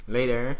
Later